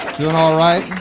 doing alright.